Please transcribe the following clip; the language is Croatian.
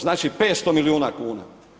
Znači 500 milijuna kuna.